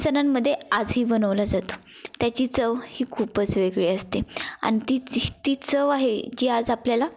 सणांमध्ये आजही बनवला जातो त्याची चव ही खूपच वेगळी असते आणि तिची ती चव आहे जी आज आपल्याला